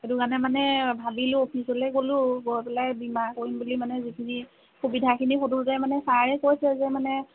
সেইটো কাৰণে মানে ভাবিলোঁ অফিচলৈ গ'লোঁ গৈ পেলাই বীমা কৰিম বুলি পেলাই যিখিনি সুবিধাখিনি সোঁধোতে মানে ছাৰে কৈছে যে মানে